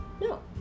No